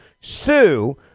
sue